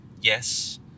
yes